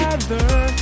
Together